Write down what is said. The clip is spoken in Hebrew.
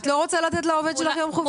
את לא רוצה לתת לעובד שלך יום חופשה נוסף?